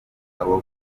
abo